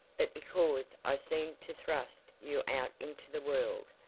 but because i seemed to thrust you out into the world,